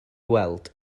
weld